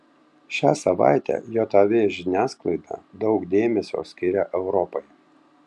šią savaitę jav žiniasklaida daug dėmesio skiria europai